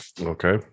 okay